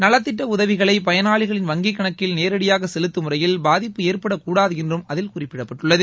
நலத்திட்ட உதவிகளை பயனாளிகளின் வங்கிக் கணக்கில் நேடியாக செலுத்தும் முறையில் பாதிப்பு ஏற்படக்கூடாது என்றும் அதில் குறிப்பிடப்பட்டுள்ளது